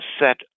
set